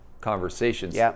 conversations